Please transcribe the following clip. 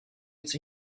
its